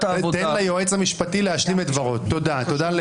לאפשר ליועץ המשפטי לוועדה להשלים את דברו, תודה.